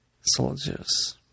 soldiers